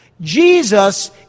Jesus